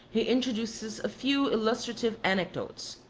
he introduces a few illustrative anecdotes.